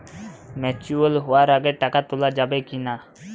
Mature হওয়ার আগে টাকা তোলা যাবে কিনা?